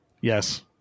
Yes